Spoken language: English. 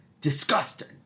Disgusting